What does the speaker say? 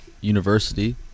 university